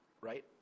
Right